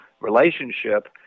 relationship